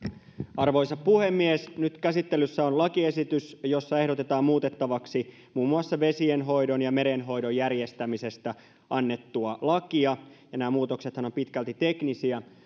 arvoisa puhemies nyt käsittelyssä on lakiesitys jossa ehdotetaan muutettavaksi muun muassa vesienhoidon ja merenhoidon järjestämisestä annettua lakia ja nämä muutoksethan ovat pitkälti teknisiä